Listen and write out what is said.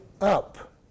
up